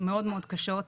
מאוד מאוד קשות,